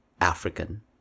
African